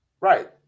Right